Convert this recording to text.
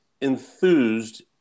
enthused